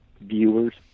viewers